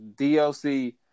DLC